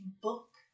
book